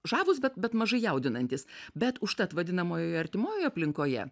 žavūs bet bet mažai jaudinantys bet užtat vadinamojoj artimoj aplinkoje